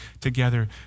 together